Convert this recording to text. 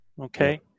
Okay